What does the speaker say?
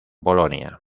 polonia